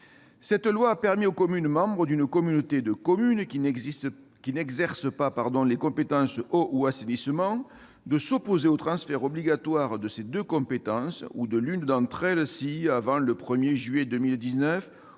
Cette loi a permis aux communes membres d'une communauté de communes qui n'exerce pas les compétences eau ou assainissement de s'opposer au transfert obligatoire de ces deux compétences ou de l'une d'entre elles, si, avant le 1juillet 2019,